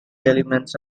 elements